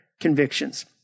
convictions